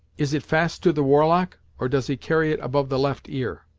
is it fast to the war-lock, or does he carry it above the left ear?